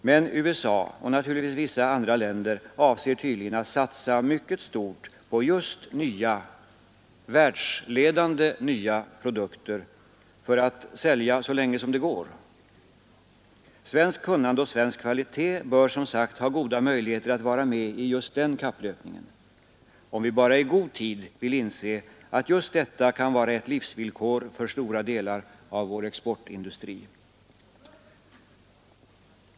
Men USA, och naturligtvis vissa andra länder, avser tydligen att satsa mycket stort just på nya — världsledande nya — produkter, för att sälja så länge det går. Svenskt kunnande och svensk kvalitet bör som sagt ha goda möjligheter att vara med i den kapplöpningen, om vi bara i god tid vill inse att just detta kan vara ett livsvillkor för stora delar av vår exportindustri.